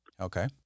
okay